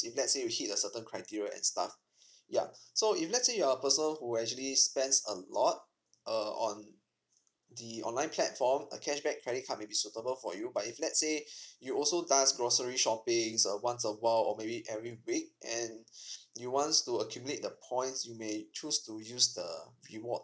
if let's say you hit a certain criteria and stuff ya so if let's say you're a person who actually spends a lot uh on the online platform a cashback credit card may be suitable for you but if let's say you also does grocery shoppings uh once a while or maybe every week and you wants to accumulate the points you may choose to use the rewards